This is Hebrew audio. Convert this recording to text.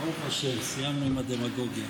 ברוך השם, סיימנו עם הדמגוגיה.